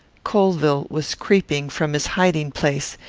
colvill was creeping from his hiding-place,